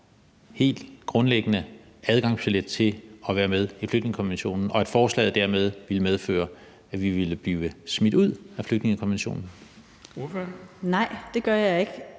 helt grundlæggende adgangsbillet til at være med i flygtningekonventionen, og at forslaget dermed ville medføre, at vi ville blive smidt ud af flygtningekonventionen?